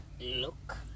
look